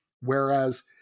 whereas